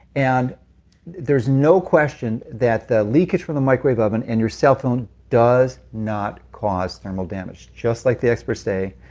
and there's no question that the leakage from a microwave oven and your cell phone does not cause thermal damage, just like the experts say,